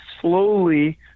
slowly